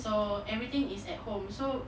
so everything is at home so